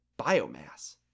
biomass